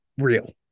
real